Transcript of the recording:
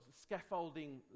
scaffolding